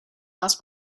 nás